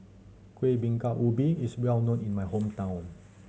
Kueh Bingka Ubi is well known in my hometown